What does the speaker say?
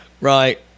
right